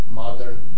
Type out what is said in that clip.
modern